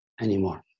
anymore